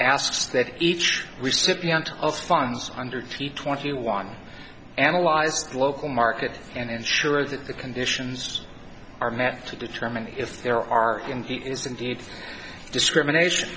asks that each recipient of funds under fifty twenty one analyze the local market and ensure that the conditions are met to determine if there are indeed is indeed discrimination